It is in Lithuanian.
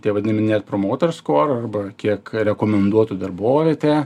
tie vadinami net promoter score arba kiek rekomenduotų darbovietė